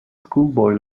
schoolboy